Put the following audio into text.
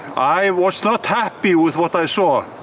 i was not happy with what i saw.